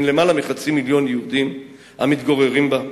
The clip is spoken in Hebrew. עם יותר מחצי מיליון יהודים המתגוררים בה,